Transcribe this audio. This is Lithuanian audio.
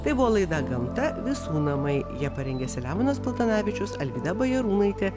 tai buvo laida gamta visų namai ją parengė selemonas paltanavičius alvyda bajarūnaitė